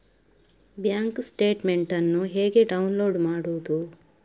Bank statement ಅನ್ನು ಹೇಗೆ download ಮಾಡುವುದು?